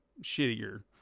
shittier